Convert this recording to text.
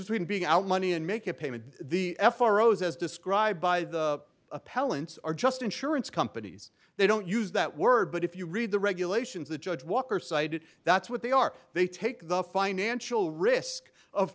between being out money and make a payment the f r rose as described by the appellants are just insurance companies they don't use that word but if you read the regulations the judge walker cited that's what they are they take the financial risk of